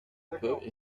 peut